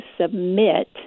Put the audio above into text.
submit